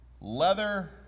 leather